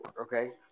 Okay